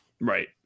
Right